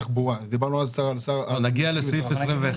כשנגיע לסעיף 21,